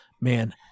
man